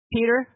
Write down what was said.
Peter